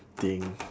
think